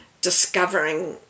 discovering